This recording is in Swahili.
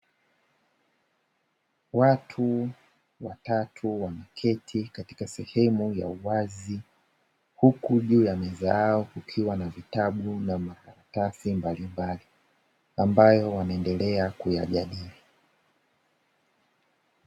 Watu watatu wameketi katika sehemu ya uwazi, huku juu ya meza yao kukiwa na vitabu na makaratasi mbalimbali, ambayo wanaendelea kuyajadili.